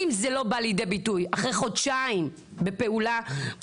אם זה לא בא לידי ביטוי אחרי חודשיים בפעולה ,